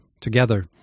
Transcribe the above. together